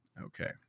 Okay